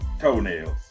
toenails